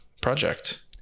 project